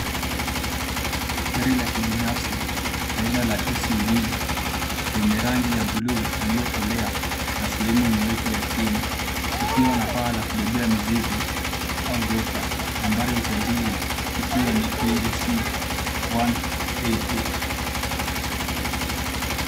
Gari la kibinafsi aina la SUV lenye rangi ya bluu iliyokolea na sehemu nyeupe ya chini ikiwa na paa la kubebea mizigo au roofrack .Nambari ya usajili ikiwa ni KAC 11 AA.